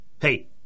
Hey